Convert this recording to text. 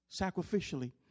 sacrificially